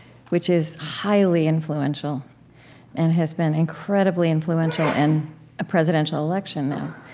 which is highly influential and has been incredibly influential in a presidential election now